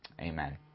Amen